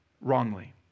wrongly